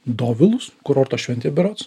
dovilus kurorto šventė berods